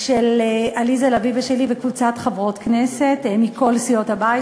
של עליזה לביא ושלי וקבוצת חברות כנסת מכל סיעות הבית,